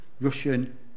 Russian